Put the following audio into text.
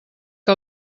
que